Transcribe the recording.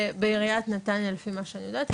ובעיריית נתניה לפי מה שאני יודעת,